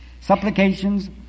supplications